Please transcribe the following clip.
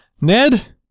Ned